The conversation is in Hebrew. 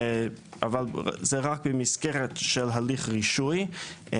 אבל זה רק במסגרת של הליך רישוי.